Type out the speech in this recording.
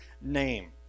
name